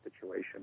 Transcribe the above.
situation